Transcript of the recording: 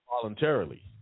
voluntarily